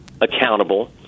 accountable